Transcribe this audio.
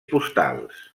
postals